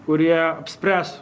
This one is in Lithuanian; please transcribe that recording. kurie apspręs